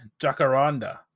Jacaranda